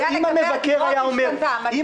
אבל אם המבקר היה אומר, אם